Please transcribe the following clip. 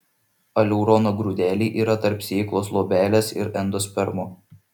aleurono grūdeliai yra tarp sėklos luobelės ir endospermo